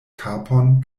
kapon